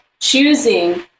choosing